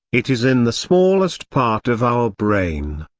it is in the smallest part of our brain.